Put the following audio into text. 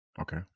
Okay